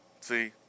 see